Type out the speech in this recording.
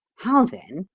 how, then,